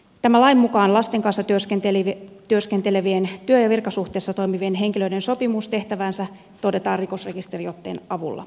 tämän lain mukaan lasten kanssa työskentelevien työ ja virkasuhteessa toimivien henkilöiden sopivuus tehtäväänsä todetaan rikosrekisteriotteen avulla